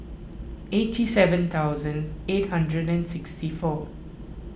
eighty seven thousands eight hundred and sixty four